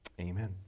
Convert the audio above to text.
Amen